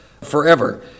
forever